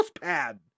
pad